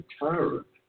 tyrant